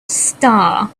star